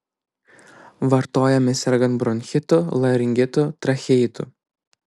vartojami sergant bronchitu laringitu tracheitu